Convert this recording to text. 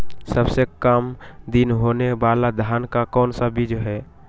सबसे काम दिन होने वाला धान का कौन सा बीज हैँ?